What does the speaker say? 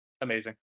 Amazing